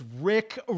Rick